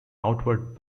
outward